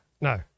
No